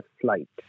flight